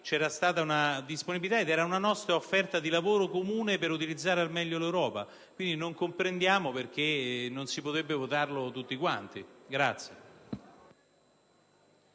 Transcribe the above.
C'era stata una disponibilità e una nostra offerta di lavoro comune per utilizzare al meglio il contributo dell'Europa. Quindi, non comprendiamo perché non si potrebbe votarlo tutti quanti.